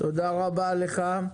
תודה רבה לך.